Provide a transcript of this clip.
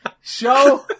Show